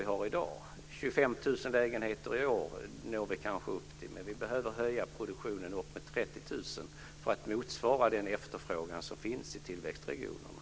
Vi når i år kanske upp till 25 000 lägenheter, men vi behöver höja produktion upp till 30 000 för att motsvara den efterfrågan som finns i tillväxtregionerna.